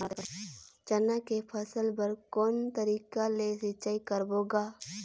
चना के फसल बर कोन तरीका ले सिंचाई करबो गा?